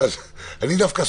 אבל זה חורף.